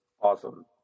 Awesome